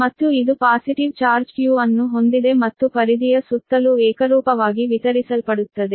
ಮತ್ತು ಇದು positive charge Q ಅನ್ನು ಹೊಂದಿದೆ ಮತ್ತು ಪೆರಿಫೆರಿಯ ಸುತ್ತಲೂ ಏಕರೂಪವಾಗಿ ವಿತರಿಸಲ್ಪಡುತ್ತದೆ